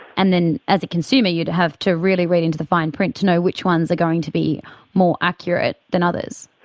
and then as a consumer you'd have to really read into the fine print to know which ones are going to be more accurate than others.